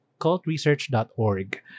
cultresearch.org